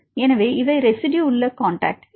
எனவே இவை ரெஸிட்யு உள்ள காண்டாக்ட்